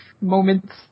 moments